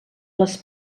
les